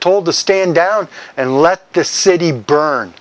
told to stand down and let the city burn